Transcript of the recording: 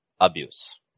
abuse